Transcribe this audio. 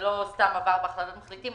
זה לא סתם עבר בהצעת מחליטים.